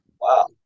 wow